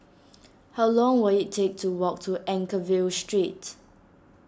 how long will it take to walk to Anchorvale Street